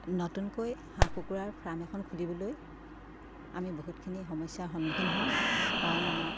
নতুনকৈ হাঁহ কুকুৰাৰ ফাৰ্ম এখন খুলিবলৈ আমি বহুতখিনি সমস্যাৰ সন্মুখীন হওঁ কাৰণ আমাৰ